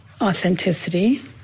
authenticity